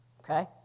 okay